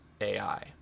AI